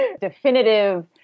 definitive